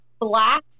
black